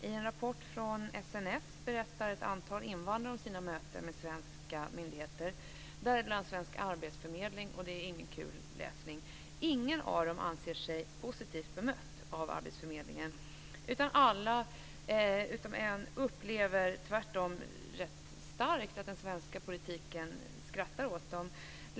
I en rapport från SNS berättar ett antal invandrare om sina möten med svenska myndigheter, däribland svensk arbetsförmedling. Det är ingen kul läsning. Ingen av dem anser sig positivt bemött av arbetsförmedlingen. Alla utom en upplever tvärtom rätt starkt att den svenska politiken skrattar åt dem.